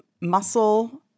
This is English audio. muscle